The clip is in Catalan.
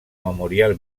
memorial